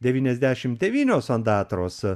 devyniasdešimt devynios ondatros